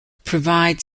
provide